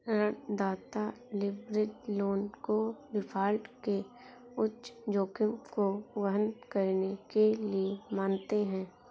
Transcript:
ऋणदाता leverage loan को default के उच्च जोखिम को वहन करने के लिए मानते हैं